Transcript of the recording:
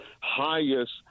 highest